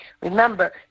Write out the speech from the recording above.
remember